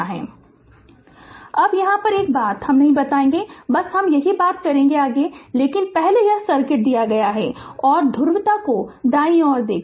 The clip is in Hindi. Refer Slide Time 2547 अब यहाँ एक बात हम नहीं बताएगे हम बस यही बात करूँगे लेकिन पहले यह सर्किट दिया गया है और ध्रुवता को दाईं ओर देखें